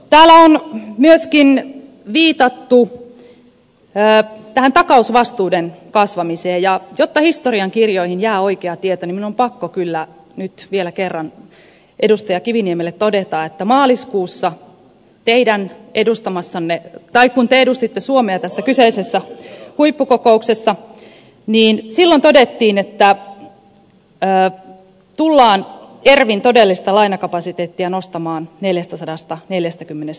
täällä on myöskin viitattu tähän takausvastuiden kasvamiseen ja jotta historiankirjoihin jää oikea tieto niin minun on pakko kyllä nyt vielä kerran edustaja kiviniemelle todeta että maaliskuussa kun te edustitte suomea tässä kyseisessä huippukokouksessa silloin todettiin että päät tuulaan kerwintodellistalainakapasiteettia nostamaan neljästäsadasta neliöstä kymmenes